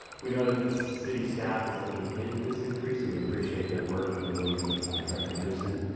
we know that the city staff is looking into this increase and we appreciate their work and the work of director anderson.